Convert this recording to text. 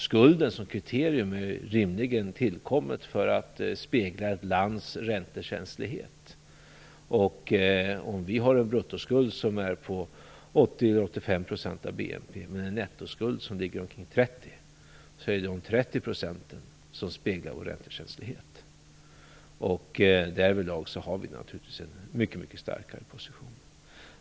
Skulden som kriterium är ju rimligen tillkommet för att spegla ett lands räntekänslighet. Om vi har en bruttoskuld på 80-85 % av BNP men en nettoskuld som ligger på ca 30 %, är det dessa 30 % som speglar vår räntekänslighet. Därvidlag har vi naturligtvis en mycket starkare position.